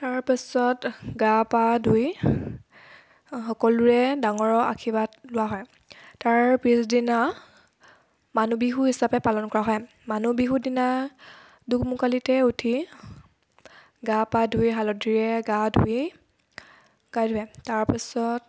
তাৰপাছত গা পা ধুই সকলোৱে ডাঙৰৰ আশীৰ্বাদ লোৱা হয় তাৰ পিছদিনা মানুহ বিহু হিচাপে পালন কৰা হয় মানুহ বিহু দিনা দোকমোকালিতে উঠি গা পা ধুই হালধিৰে গা ধুই গা ধোৱে তাৰপিছত